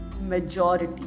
majority